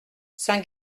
saint